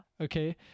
okay